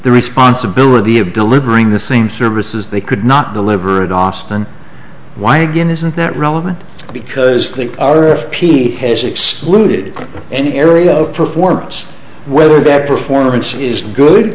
the responsibility of delivering the things services they could not deliver at austin why again isn't that relevant because the r f p has excluded any area of performance whether that performance is good